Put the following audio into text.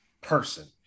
person